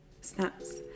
Snaps